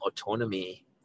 autonomy